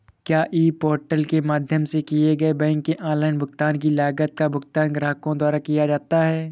क्या e portal के माध्यम से किए गए बैंक के ऑनलाइन भुगतान की लागत का भुगतान ग्राहकों द्वारा किया जाता है?